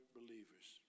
believers